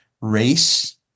race